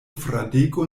fradeko